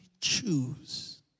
choose